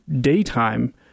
daytime